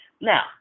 Now